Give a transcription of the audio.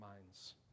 minds